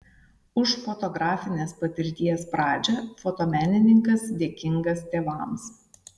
už fotografinės patirties pradžią fotomenininkas dėkingas tėvams